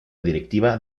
directiva